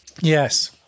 Yes